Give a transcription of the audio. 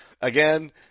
Again